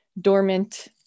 dormant